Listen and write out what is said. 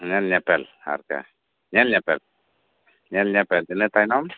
ᱧᱮᱞ ᱧᱮᱯᱮᱞ ᱟᱨᱠᱤ ᱧᱮᱞ ᱧᱮᱯᱮᱞ ᱧᱮᱞ ᱧᱮᱯᱮᱞ ᱤᱱᱟᱹ ᱛᱟᱭᱱᱚᱢ